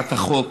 שהצעת החוק